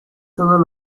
todos